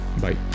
Bye